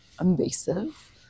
invasive